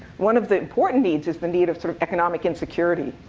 one of the important needs is the need of sort of economic insecurity,